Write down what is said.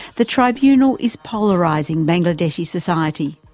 the tribunal is polarising bangladeshi society.